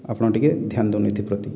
ଆପଣ ଟିକିଏ ଧ୍ୟାନ ଦିଅନ୍ତୁ ଏଥିପ୍ରତି